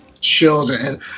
children